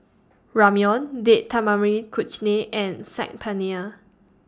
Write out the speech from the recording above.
Ramyeon Date Tamarind Chutney and Saag Paneer